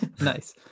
Nice